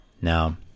Now